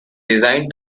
design